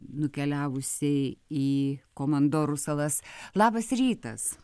nukeliavusiai į komandorų salas labas rytas